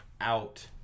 out